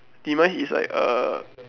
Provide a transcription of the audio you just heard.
demise is like uh